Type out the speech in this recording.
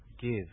Give